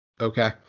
Okay